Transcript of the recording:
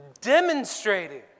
demonstrating